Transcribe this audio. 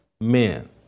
men